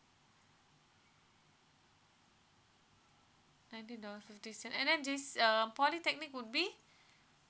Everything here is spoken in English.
ninety dollars fifty cent and then J~ uh polytechnic would be